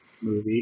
movie